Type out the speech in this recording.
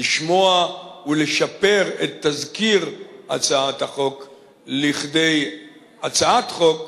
לשמוע ולשפר את תזכיר הצעת החוק לכדי הצעת חוק,